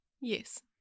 Yes